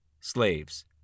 slaves